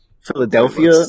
Philadelphia